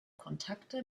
kontakte